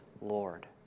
Lord